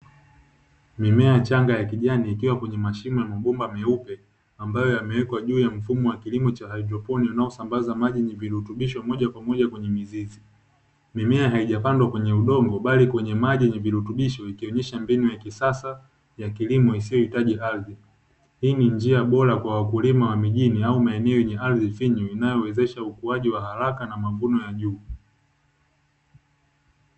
Mimea changa ya kijani ikiwa kwenye mashimo ya mabomba meupe, ambayo yamewekwa juu mfumo wa kilimo cha haidroponi yanayosambaza maji yenye virutubisho moja kwa moja kwenye mizizi. Mimea hayajapandwa kwenye udongo bali kwenye maji yenye virutubisho ikionyesha mbinu ya kisasa ya kilimo isiyohitaji ardhi. Hii ni njia bora kwa wakulima wa mijini au maeneo yenye ardhi finyu inayowezesha ukuaji wa haraka na mavuno ya juu.